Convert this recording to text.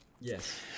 yes